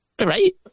Right